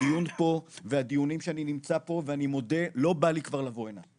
הדיון פה ודיונים שאני נמצא פה ואני מודה לא בא לי כבר לבוא הנה,